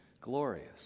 glorious